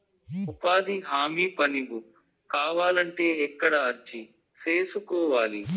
ఉపాధి హామీ పని బుక్ కావాలంటే ఎక్కడ అర్జీ సేసుకోవాలి?